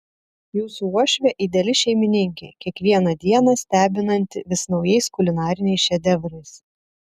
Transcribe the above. jūsų uošvė ideali šeimininkė kiekvieną dieną stebinanti vis naujais kulinariniais šedevrais